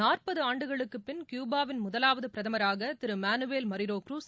நாற்பது ஆண்டுகளுக்கு பின் க்யூபாவின் முதலாவது பிரதமராக திரு மானுவல் மரிரோ க்ருஸ்